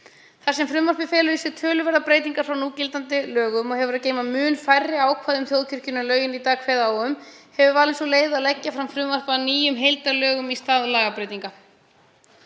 Þar sem frumvarpið felur í sér töluverðar breytingar frá núgildandi lögum og hefur að geyma mun færri ákvæði um þjóðkirkjuna en lögin í dag kveða á um hefur sú leið verið valin að leggja fram frumvarp að nýjum heildarlögum í stað lagabreytinga.